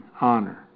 honor